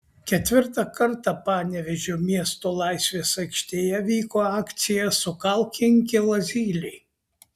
ketvirtą kartą panevėžio miesto laisvės aikštėje vyko akcija sukalk inkilą zylei